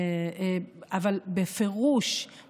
אבל בפירוש,